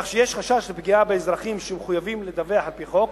כך שיש חשש לפגיעה באזרחים שמחויבים לדווח על-פי חוק,